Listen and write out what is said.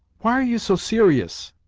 why are you so serious?